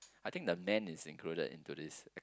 I think the man is included into this